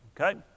Okay